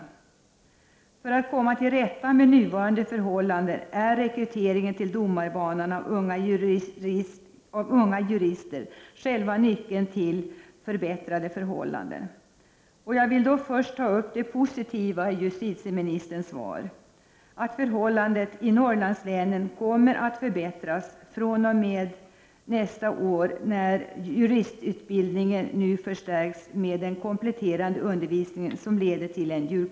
En rekrytering till domarbanan av unga jurister är själva nyckeln för att komma till rätta med nuvarande förhållanden och skapa förbättrade förhållanden. Jag vill först ta upp det positiva i justitieministerns svar, nämligen att läget i Norrlandslänen kommer att förbättras fr.o.m. nästa år genom att den juristutbildning som bedrivs i Norrland nu förstärks med en kompletterande undervisning som leder till en jur.